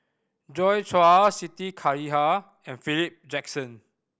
Joi Chua Siti Khalijah and Philip Jackson